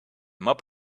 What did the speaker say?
mop